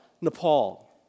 Nepal